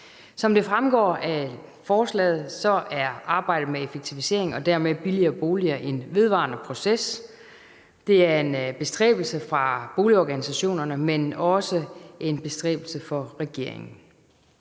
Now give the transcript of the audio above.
Som det fremgår af forslaget, er arbejdet med effektivisering og dermed at få billigere boliger en vedvarende proces. Det er en bestræbelse fra boligorganisationernes, men også fra regeringens